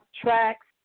tracks